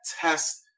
test